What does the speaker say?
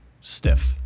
stiff